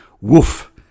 Woof